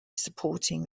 supporting